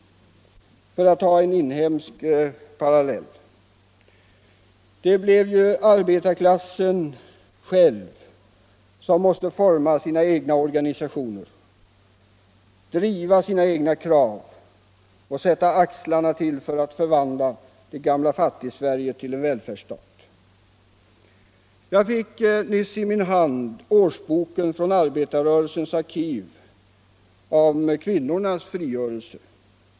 Låt mig dra en inhemsk parallell. Det blev ju arbetarklassen själv som måste forma sina egna organisationer, driva sina egna krav och sätta axlarna till för att förvandla det gamla Fattigsverige till en välfärdsstat. Jag fick nyss i min hand årsboken från Arbetarrörelsens arkiv om kvinnornas frigörelse ”Kvinnor i arbetarrörelsen”.